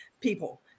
people